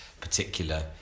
particular